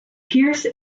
pierce